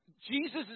Jesus